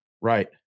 right